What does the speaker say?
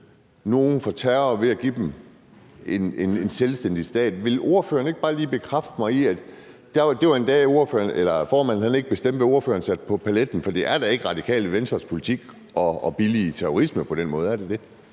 nogen for terror ved at give dem en selvstændig stat. Vil ordføreren ikke bare lige bekræfte mig i, at det var en dag, hvor formanden ikke bestemte, hvad ordføreren satte på paletten, for det er da ikke Radikale Venstres politik at billige terrorisme på den måde.